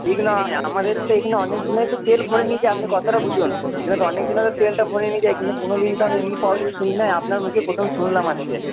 ঠিক নয় আমাদের তো এখানে অনেকজনই তো তেল ভরে নিয়ে আপনি কথাটা বুঝুন এখানে তো অনেকজন তেলটা ভরে নিয়ে যায় কিন্তু কোনোদিন তো আমি এমনি প্রবলেম শুনি না আপনার মুখে প্রথম শুনলাম আজকে